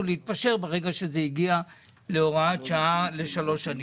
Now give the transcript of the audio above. להתפשר ברגע שזה הגיע להוראת שעה לשלוש שנים.